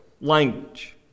language